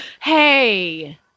hey